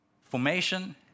Formation